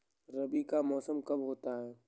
रबी का मौसम कब होता हैं?